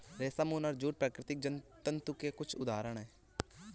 रेशम, ऊन और जूट प्राकृतिक तंतु के कुछ उदहारण हैं